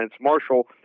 Marshall